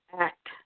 act